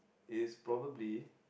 is probably